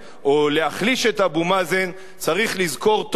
להחליש את אבו מאזן צריך לזכור טוב טוב,